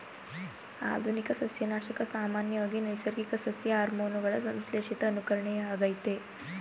ಆಧುನಿಕ ಸಸ್ಯನಾಶಕ ಸಾಮಾನ್ಯವಾಗಿ ನೈಸರ್ಗಿಕ ಸಸ್ಯ ಹಾರ್ಮೋನುಗಳ ಸಂಶ್ಲೇಷಿತ ಅನುಕರಣೆಯಾಗಯ್ತೆ